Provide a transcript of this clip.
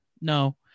no